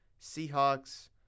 Seahawks